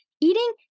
eating